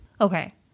Okay